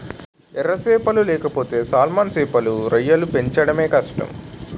ఎర సేపలు లేకపోతే సాల్మన్ సేపలు, రొయ్యలు పెంచడమే కష్టం